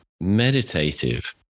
meditative